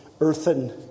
earthen